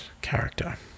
character